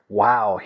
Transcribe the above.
wow